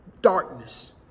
darkness